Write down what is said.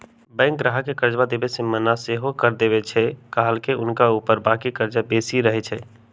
bank गाहक के कर्जा देबऐ से मना सएहो कऽ देएय छइ कएलाकि हुनका ऊपर बाकी कर्जा बेशी रहै छइ